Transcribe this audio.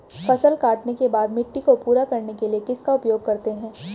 फसल काटने के बाद मिट्टी को पूरा करने के लिए किसका उपयोग करते हैं?